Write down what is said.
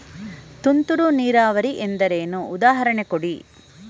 ತುಂತುರು ನೀರಾವರಿ ಎಂದರೇನು, ಉದಾಹರಣೆ ಕೊಡಿ?